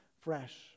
fresh